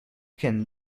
can